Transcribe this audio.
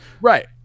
right